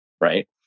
right